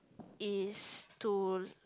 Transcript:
is to